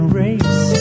race